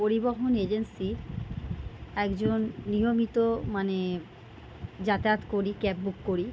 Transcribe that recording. পরিবহন এজেন্সির একজন নিয়মিত মানে যাতায়াত করি ক্যাব বুক করি